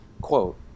quote